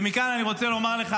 ומכאן אני רוצה לומר לך,